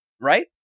right